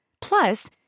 Plus